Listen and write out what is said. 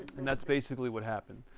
and that's basically what happened.